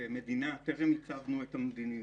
כמדינה, טרם עיצבנו את המדיניות.